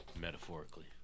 Metaphorically